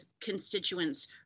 constituents